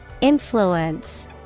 Influence